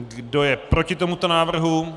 Kdo je proti tomuto návrhu?